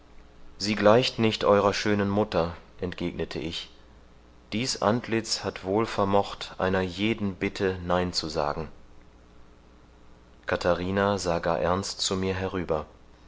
sie gleicht nicht euerer schönen mutter entgegnete ich dies antlitz hat wohl vermocht einer jeden bitte nein zu sagen katharina sah gar ernst zu mir herüber